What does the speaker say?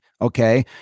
okay